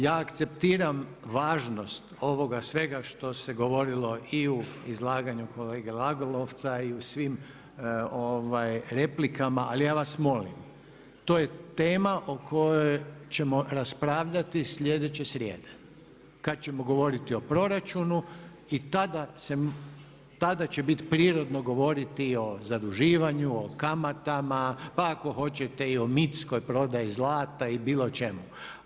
Ja akceptiram važnost ovoga svega što se govorilo i u izlaganju kolege Lalovca i u svim replikama, ali ja vas molim, to je tema o kojoj ćemo raspravljati sljedeće srijede, kad ćemo govoriti o proračunu i tada će biti prirodno govoriti o zaduživanju, o kamatama, pa ako hoćete i o mickoj prodaji zlata i o bilo čemu.